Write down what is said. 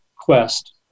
quest